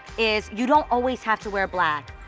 is you don't always have to wear black.